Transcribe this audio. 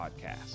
Podcast